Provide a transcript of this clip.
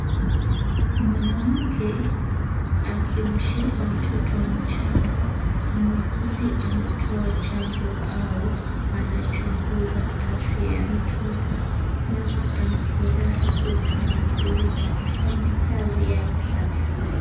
Mwanamke akimshika mtoto mchanga. Muuguzi anatoa chanjo au anachunguza afya ya mtoto. Mama ana furaha huku muuguzi akifanya kazi yake safi.